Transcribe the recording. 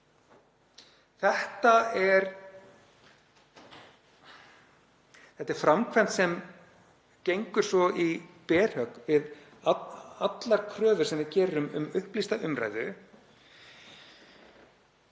Þetta er framkvæmd sem gengur í berhögg við allar kröfur sem við gerum um upplýsta umræðu,